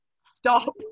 stop